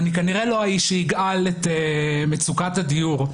אני, כנראה, לא האיש שיגאל את מצוקת הדיור.